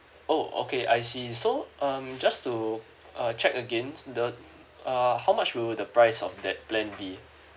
oh okay I see so um just to uh check again the err how much will the price of that plan be